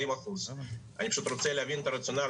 אני רוצה להבין את הרציונל,